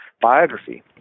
biography